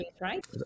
right